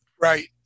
Right